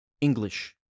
english